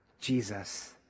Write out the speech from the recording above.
Jesus